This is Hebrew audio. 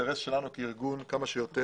אינטרס שלנו כארגון שיהיו כמה שיותר.